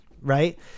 right